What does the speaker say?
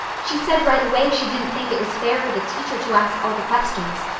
she said right away she didn't think it was fair for the teacher to ask all the questions,